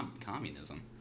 communism